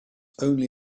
only